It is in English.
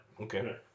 Okay